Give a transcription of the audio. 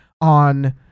on